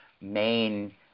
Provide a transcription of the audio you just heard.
main